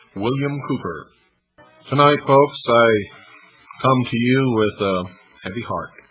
william cooper tonight folks, i come to you with a heavy heart.